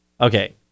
Okay